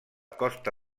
costa